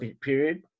period